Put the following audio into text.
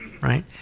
right